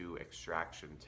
extraction